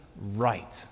right